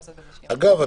אגב,